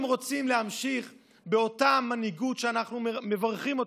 רוצה להמשיך באותה מנהיגות שאנחנו מברכים אותה,